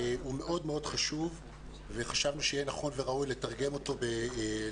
הוא מאוד מאוד חשוב וחשבנו שיהיה נכון וראוי לתרגם אותו לעברית.